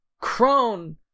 Crone